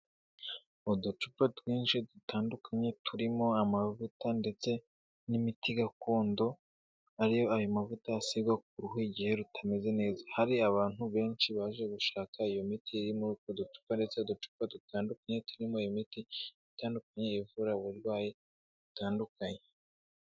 Mu ducupa twinshi dutandukanye, turimo amavuta ndetse n'imiti gakondo, ariyo ayo mavuta usiga ku ruhu igihe rutameze neza, hari abantu benshi baje gushaka iyo miti, iri mu utwo dutupa, ndetse uducupa dutandukanye turimo imiti itandukanye ivura uburwayi butandukanye.